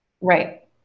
Right